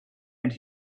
and